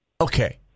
Okay